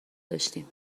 داشتیم